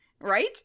Right